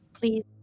Please